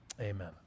Amen